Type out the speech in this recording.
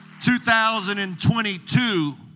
2022